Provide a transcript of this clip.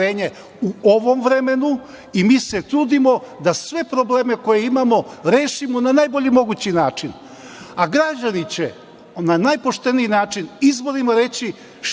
u ovom vremenu i mi se trudimo da sve probleme koje imamo rešimo na najbolji mogući način. Građani će na najpošteniji način, izborima, reći šta